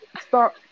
Stop